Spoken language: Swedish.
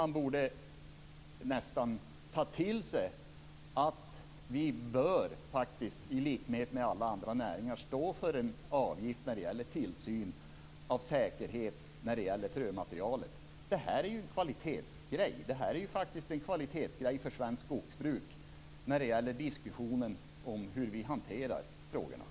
Man borde nästan ta till sig att vi i likhet med alla andra näringar bör stå för kostnaden för tillsyn och säkerhet kring frömaterialet. Detta är ju en kvalitetsgrej för svenskt skogsbruk i diskussionen om hur vi hanterar dessa frågor.